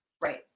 Right